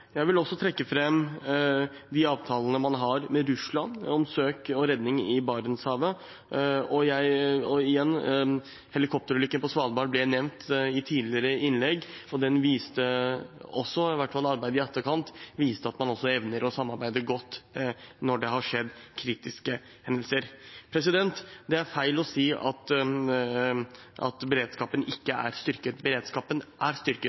Jeg vil også trekke fram de avtalene man har med Russland om søk og redning i Barentshavet, og igjen: Helikopterulykken på Svalbard ble nevnt i tidligere innlegg, og den viste – i hvert fall arbeidet i etterkant – at man evner å samarbeide godt når det har skjedd kritiske hendelser. Det er feil å si at beredskapen ikke er styrket. Beredskapen er styrket.